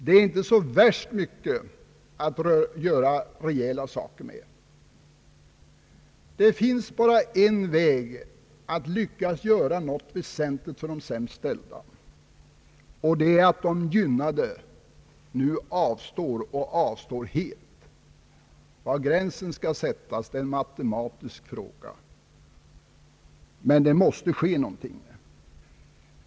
Det finns bara en väg om man skall lyckas göra något väsentligt för de sämst ställda, och det är att de gynnade nu avstår och avstår helt. Var gränsen skall sättas är en matematisk fråga, men det måste ske någonting.